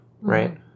right